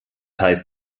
heißt